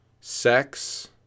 sex